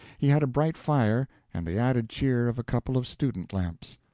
he had a bright fire and the added cheer of a couple of student-lamps.